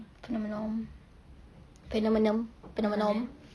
phenomenon phenomenon phenomenon